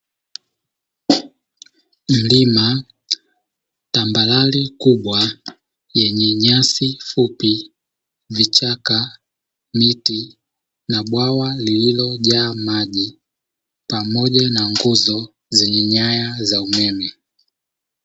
Mlima, tambarare kubwa yenye nyasi fupi, vichaka, miti na bwawa lililojaa maji pamoja na nguzo zenye nyaya za umeme.